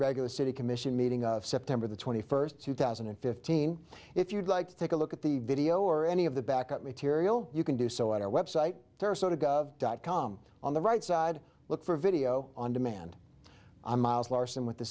regular city commission meeting on september the twenty first two thousand and fifteen if you'd like to take a look at the video or any of the back up material you can do so at our website or so to go dot com on the right side look for video on demand i'm miles larson with the